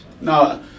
No